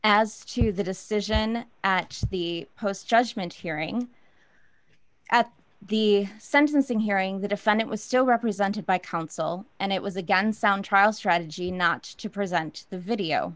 as to the decision at the post judgment hearing at the sentencing hearing the defendant was still represented by counsel and it was a gun sound trial strategy not to present the video